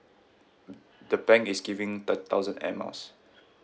the bank is giving thirty thousand air miles